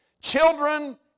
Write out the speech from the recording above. Children